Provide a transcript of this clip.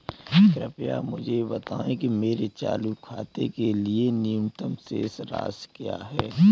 कृपया मुझे बताएं कि मेरे चालू खाते के लिए न्यूनतम शेष राशि क्या है?